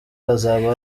azaba